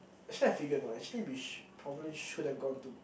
actually I figured you know actually we should probably should have gone to